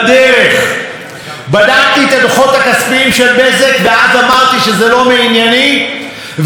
והתברר שהרווחים של בזק הם מעל מיליארד וחצי שקל.